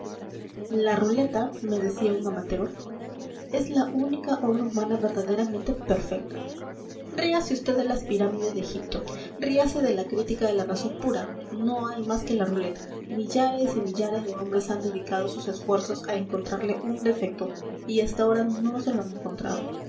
otras la ruleta me decía un amateur es la única obra humana verdaderamente perfecta ríase usted de las pirámides de egipto ríase de la critica de la razón pura no hay más que la ruleta millares y millares de hombres han dedicado sus esfuerzos a encontrarle un defecto y hasta ahora no se lo han encontrado